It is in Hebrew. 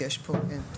כי יש פה תקופות.